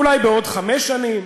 אולי בעוד חמש שנים,